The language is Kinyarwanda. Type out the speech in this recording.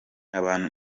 abantu